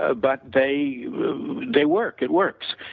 ah but they they work, it works.